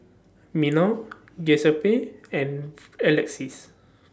Minor Giuseppe and Alexis